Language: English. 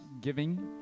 giving